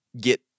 get